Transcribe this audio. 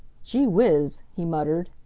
gee whiz! he muttered.